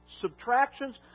subtractions